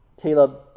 Caleb